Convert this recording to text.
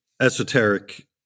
esoteric